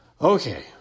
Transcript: Okay